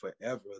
forever